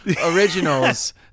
originals